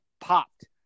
popped